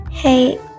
hey